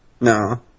No